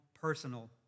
personal